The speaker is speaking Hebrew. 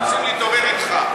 אנחנו רוצים להתעורר אתך.